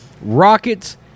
Rockets